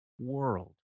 world